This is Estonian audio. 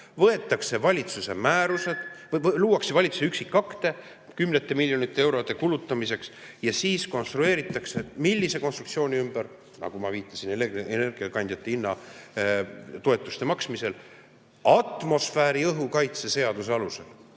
Võetakse valitsuse määrused, luuakse valitsuse üksikakte kümnete miljonite eurode kulutamiseks ja siis konstrueeritakse – millise konstruktsiooni ümber? Nagu ma viitasin elektrienergia hinna toetuste maksmisest rääkides: atmosfääriõhu kaitse seaduse alusel